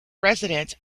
resident